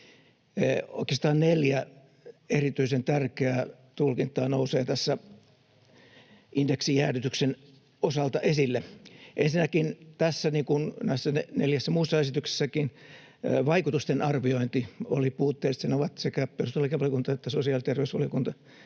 Oikeastaan neljä erityisen tärkeää tulkintaa nousee tässä indeksijäädytyksen osalta esille. Ensinnäkin tässä, niin kuin näissä neljässä muussakin esityksessä, vaikutustenarviointi oli puutteellista. Sen ovat sekä perustuslakivaliokunta että sosiaali- ja terveysvaliokunta